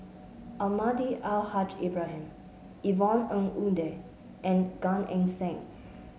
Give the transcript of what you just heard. Almahdi Al Haj Ibrahim Yvonne Ng Uhde and Gan Eng Seng